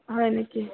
হয় নিকি